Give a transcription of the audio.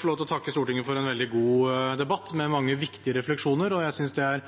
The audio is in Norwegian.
få lov til å takke Stortinget for en veldig god debatt med mange viktige refleksjoner, og jeg synes det er et godt utgangspunkt. Når en har akseptert å gjennomføre en såpass rask og effektiv behandling av dette lovforslaget, som vi er takknemlig for og svært fornøyd med, synes jeg